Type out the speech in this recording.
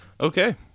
Okay